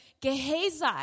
Gehazi